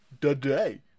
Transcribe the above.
today